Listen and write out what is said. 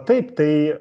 taip tai